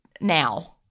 now